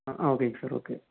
ஆ ஓகேங்க sir okay